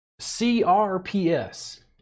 CRPS